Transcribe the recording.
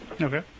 Okay